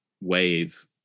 wave